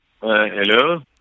Hello